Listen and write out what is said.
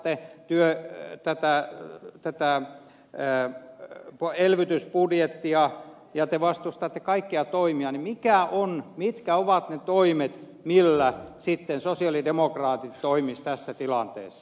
kun te vastustatte tätä elvytysbudjettia ja te vastustatte kaikkia toimia niin mitkä ovat ne toimet millä sitten sosialidemokraatit toimisivat tässä tilanteessa